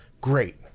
Great